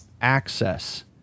access